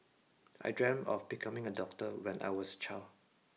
I dreamt of becoming a doctor when I was child